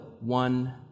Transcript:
one